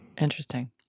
Interesting